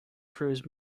cruise